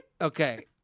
Okay